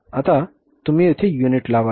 आता तुम्ही येथे युनिट लावाल